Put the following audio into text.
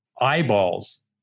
eyeballs